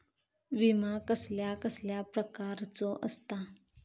विमा कसल्या कसल्या प्रकारचो असता?